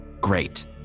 Great